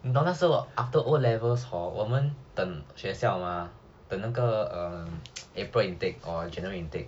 你懂那时候 after O levels hor 我们等学校 mah 等那个 april intake or january intake